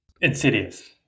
Insidious